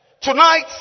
Tonight